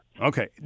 Okay